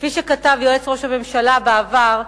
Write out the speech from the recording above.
כפי שכתב יועץ ראש הממשלה בעבר,